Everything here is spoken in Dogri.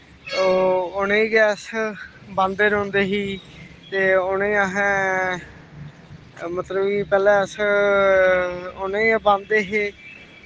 उनें गै अस बांहदेहदे हे